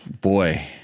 boy